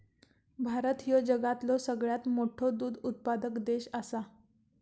भारत ह्यो जगातलो सगळ्यात मोठो दूध उत्पादक देश आसा